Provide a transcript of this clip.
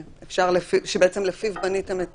שבעצם לפיו בניתם את